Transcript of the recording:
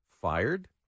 fired